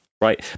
right